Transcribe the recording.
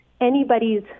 anybody's